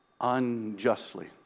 unjustly